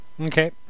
Okay